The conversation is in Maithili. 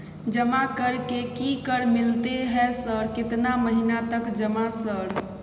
जमा कर के की कर मिलते है सर केतना महीना तक जमा सर?